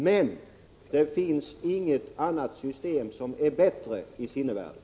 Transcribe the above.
Men det finns inget annat system i sinnevärlden som är bättre.